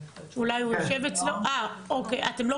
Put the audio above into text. אשלים את מה